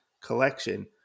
collection